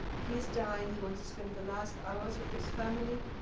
he's dying. he wants to spend the last hours with his family,